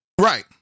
right